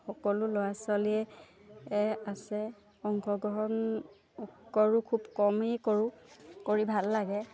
সকলো ল'ৰা ছোৱালীয়ে আছে অংশগ্ৰহণ কৰোঁ খুব কমেই কৰোঁ কৰি ভাল লাগে